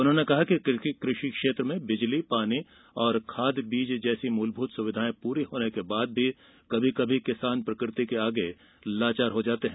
उन्होंने कहा कि कृषि क्षेत्र में बिजली पानी और खाद बीज जैसी मुलभूत सुविधाएं पूरी होने के बाद भी किसान कभी कभी प्रकृति के आगे लाचार हो जाते हैं